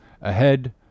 Ahead